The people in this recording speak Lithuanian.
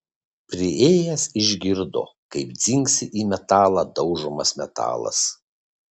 priėjęs išgirdo kaip dzingsi į metalą daužomas metalas